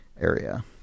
area